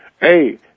Hey